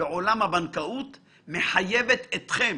בעולם הבנקאות מחייבת אותך.